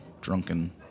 drunken